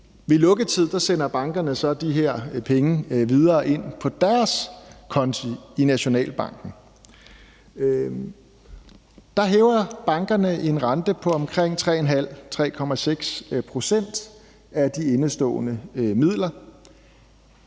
Ved lukketid sender bankerne så de her penge videre ind på deres konti i Nationalbanken. Der hæver bankerne en rente på omkring 3,5-3,6 pct. af de indestående midler,